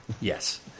Yes